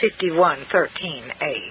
51.13a